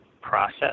process